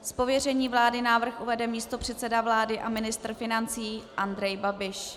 Z pověření vlády návrh uvede místopředseda vlády a ministr financí Andrej Babiš.